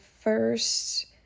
first